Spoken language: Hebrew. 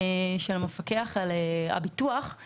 ספק אם הביטוח יודע על עבירות,